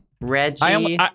Reggie